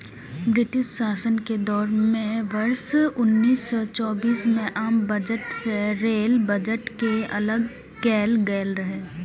British शासन के दौर मे वर्ष उन्नैस सय चौबीस मे आम बजट सं रेल बजट कें अलग कैल गेल रहै